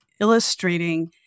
illustrating